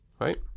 right